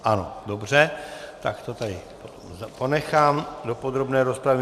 Ano, dobře, takže to tady ponechám do podrobné rozpravy.